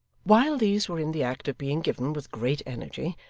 while these were in the act of being given with great energy,